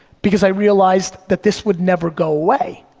because i realized that this would never go away,